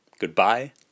Goodbye